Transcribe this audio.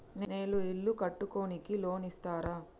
నేను ఇల్లు కట్టుకోనికి లోన్ ఇస్తరా?